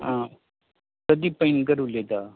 आं प्रदीप पैंगीणकर उलयता